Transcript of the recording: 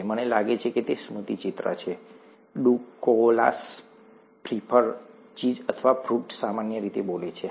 મને લાગે છે કે તે સ્મૃતિચિત્ર છે ડુ કોઆલાસ પ્રિફર ચીઝ અથવા ફ્રુટ સામાન્ય રીતે બોલે છે હા